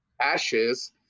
ashes